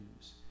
news